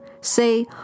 Say